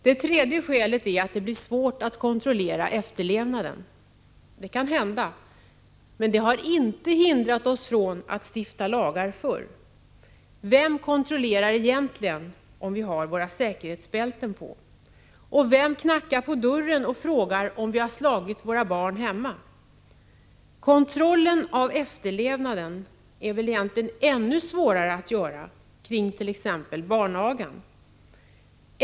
Det tredje skälet är att det blir svårt att kontrollera efterlevnaden. Det kan hända. Men det har inte hindrat oss från att stifta lagar förr. Vem kontrollerar egentligen om vi har våra säkerhetsbälten på? Vem knackar på dörren hemma och frågar om vi har slagit våra barn? Kontrollen av efterlevnaden är väl egentligen ännu svårare när det gäller t.ex. barnagan.